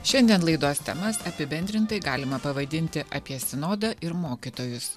šiandien laidos temas apibendrintai galima pavadinti apie sinodą ir mokytojus